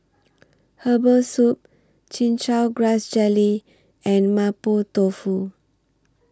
Herbal Soup Chin Chow Grass Jelly and Mapo Tofu